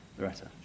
Loretta